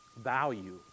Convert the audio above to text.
value